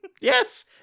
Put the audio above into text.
Yes